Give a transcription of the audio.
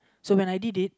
so when I did it